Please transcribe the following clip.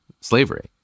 slavery